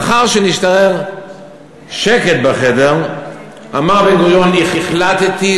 לאחר שהשתרר שקט בחדר אמר בן-גוריון: החלטתי,